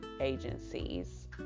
agencies